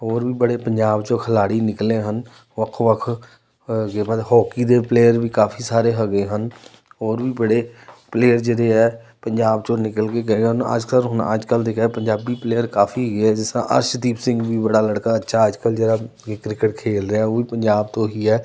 ਹੋਰ ਵੀ ਬੜੇ ਪੰਜਾਬ 'ਚੋਂ ਖਿਡਾਰੀ ਨਿਕਲੇ ਹਨ ਵੱਖੋ ਵੱਖ ਅ ਗੇਮਾਂ ਦੇ ਹੋਕੀ ਦੇ ਪਲੇਅਰ ਵੀ ਕਾਫੀ ਸਾਰੇ ਹੈਗੇ ਹਨ ਹੋਰ ਵੀ ਬੜੇ ਪਲੇਅਰ ਜਿਹੜੇ ਹੈ ਪੰਜਾਬ 'ਚੋਂ ਨਿਕਲ ਕੇ ਗਏ ਹਨ ਅੱਜ ਕੱਲ੍ਹ ਹੁਣ ਅੱਜ ਕੱਲ੍ਹ ਦੇਖਿਆ ਪੰਜਾਬੀ ਪਲੇਅਰ ਕਾਫੀ ਹੈਗੇ ਹੈ ਜਿਸ ਤਰਾਂ ਅਰਸ਼ਦੀਪ ਸਿੰਘ ਵੀ ਬੜਾ ਲੜਕਾ ਅੱਛਾ ਅੱਜ ਕੱਲ੍ਹ ਜਿਹੜਾ ਕਿ ਕ੍ਰਿਕਟ ਖੇਡ ਰਿਹਾ ਉਹ ਵੀ ਪੰਜਾਬ ਤੋਂ ਹੀ ਹੈ